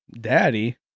Daddy